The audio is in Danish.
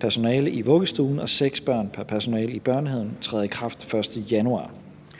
personale i vuggestuen og seks børn pr. personale i børnehaven træder i kraft den 1. januar.